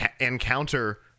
encounter –